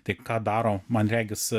tai ką daro man regis